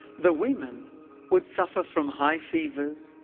the women would suffer from high fevers,